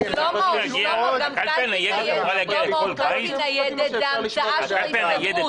קלפי ניידת היא המצאה של ההסתדרות.